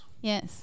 yes